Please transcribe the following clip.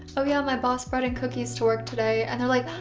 oh yeah my boss brought in cookies to work today. and they're like,